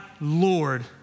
Lord